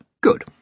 Good